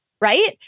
right